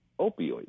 opioids